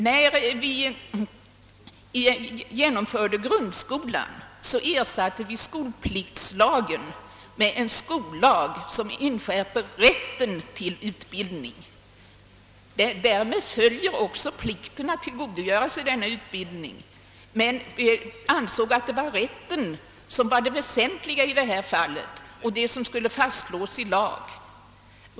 När vi genomförde grundskolan ersatte vi skolpliktslagen med en skollag som inskärper rätten till utbildning. Därmed följer också plikten att tillgodogöra sig denna utbildning. Men vi ansåg att det var rätten som var det väsentliga och som skulle fastslås i lag.